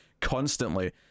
constantly